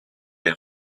des